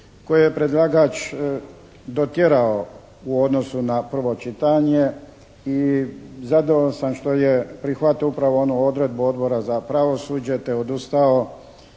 koje je predlagač dotjerao u odnosu na prvo čitanje i zadovoljan sam što je prihvatio upravo onu odredbu Odbora za pravosuđe te odustao